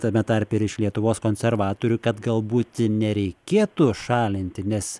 tame tarpe ir iš lietuvos konservatorių kad galbūt nereikėtų šalinti nes